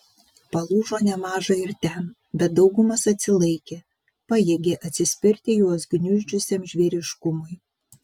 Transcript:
palūžo nemaža ir ten bet daugumas atsilaikė pajėgė atsispirti juos gniuždžiusiam žvėriškumui